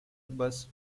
bus